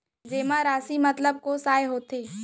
जेमा राशि मतलब कोस आय होथे?